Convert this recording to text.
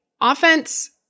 offense